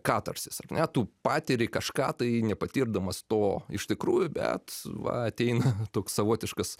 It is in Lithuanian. katarsis ar ne tu patiri kažką tai nepatirdamas to iš tikrųjų bet va ateina toks savotiškas